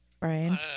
Brian